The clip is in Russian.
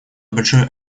большой